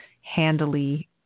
handily